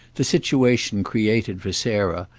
the situation created for sarah,